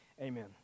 Amen